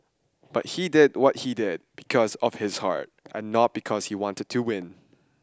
but he did what he did because of his heart and not because he wanted to win